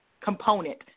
component